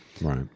right